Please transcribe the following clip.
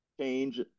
change